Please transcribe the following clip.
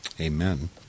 Amen